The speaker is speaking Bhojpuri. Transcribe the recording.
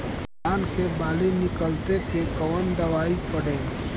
धान के बाली निकलते के कवन दवाई पढ़े?